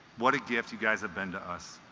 what a gift you guys have been to us